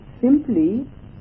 simply